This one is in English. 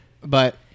But-